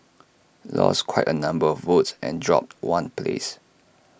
lost quite A number of votes and dropped one place